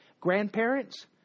Grandparents